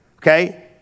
Okay